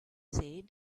said